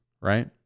right